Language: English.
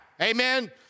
Amen